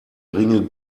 ringe